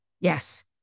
Yes